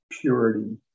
purity